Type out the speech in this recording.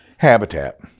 Habitat